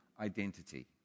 identity